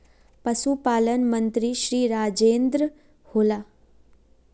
पशुपालन मंत्री श्री राजेन्द्र होला?